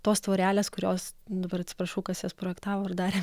tos tvorelės kurios dabar atsiprašau kas jas projektavo ir darė